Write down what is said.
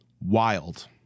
Wild